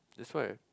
that's why